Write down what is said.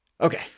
okay